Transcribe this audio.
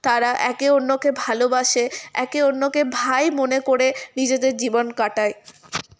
তারা একে অন্যকে ভালোবাসে একে অন্যকে ভাই মনে করে নিজেদের জীবন কাটায়